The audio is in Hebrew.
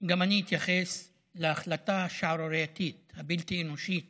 גם אני אתייחס להחלטה השערורייתית הבלתי-אנושית